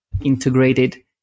integrated